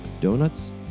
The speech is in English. donuts